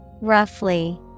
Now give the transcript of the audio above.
Roughly